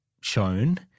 shown